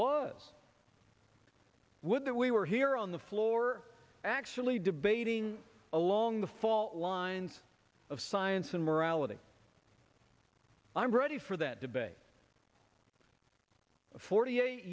that we were here on the floor actually debating along the fault lines of science and morality i'm ready for that debate forty eight